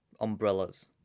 umbrellas